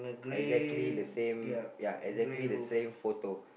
exactly the same ya exactly the same photo